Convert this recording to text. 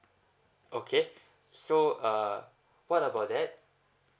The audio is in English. okay so uh what about that